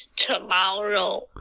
tomorrow